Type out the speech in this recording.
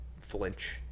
flinch